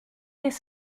des